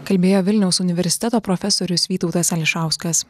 kalbėjo vilniaus universiteto profesorius vytautas ališauskas